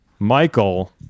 Michael